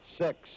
Six